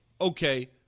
okay